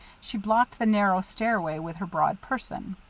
she blocked the narrow stairway with her broad person.